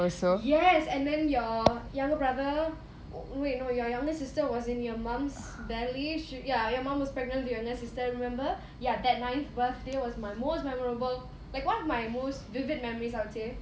yes and then your younger brother wait no your younger sister was in your mum's belly ya your mom was pregnant with another sister remember ya that ninth birthday was my most memorable like one of my most vivid memories I would say